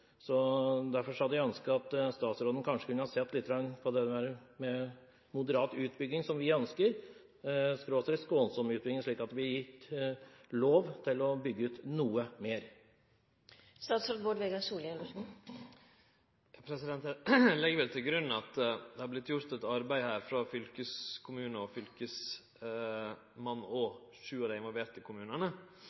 Derfor hadde jeg ønsket at statsråden kanskje kunne ha sett litt på det med moderat utbygging – som vi ønsker – eller skånsom utbygging, slik at vi får lov til å bygge ut noe mer. Eg legg vel til grunn at det her har vore gjort eit arbeid frå fylkeskommunen, Fylkesmannen og sju av dei involverte kommunane,